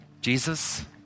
Jesus